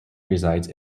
resides